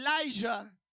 Elijah